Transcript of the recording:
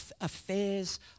affairs